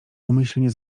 umyślnie